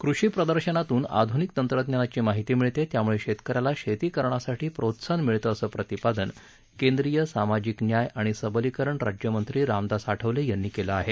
कृषी प्रदर्शनातून आधूनिक तंत्रज्ञानाची माहिती मिळते त्यामुळे शेतकऱ्याला शेती करण्यासाठी प्रोत्साहन मिळतं असं प्रतिपादन केंद्रीय सामाजिक न्याय आणि सबलीकरण राज्यमंत्री रामदास आठवले यांनी केलं आहे